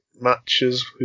matches